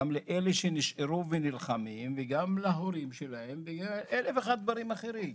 גם לאלה שנשארו ונלחמים וגם להורים שלהם ואלף ואחד דברים אחרים.